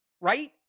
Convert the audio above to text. right